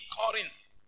Corinth